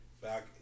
back